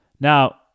Now